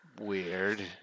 weird